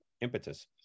impetus